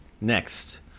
Next